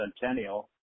Centennial